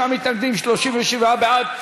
49 מתנגדים, 37 בעד.